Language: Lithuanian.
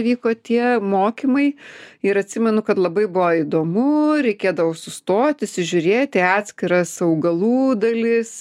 vyko tie mokymai ir atsimenu kad labai buvo įdomu reikėdavo sustot įsižiūrėt į atskiras augalų dalis